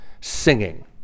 singing